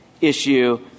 issue